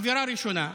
עבירה ראשונה,